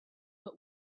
but